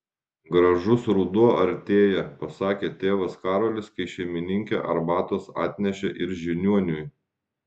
gražus ruduo artėja pasakė tėvas karolis kai šeimininkė arbatos atnešė ir žiniuoniui